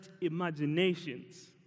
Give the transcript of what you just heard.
imaginations